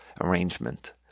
arrangement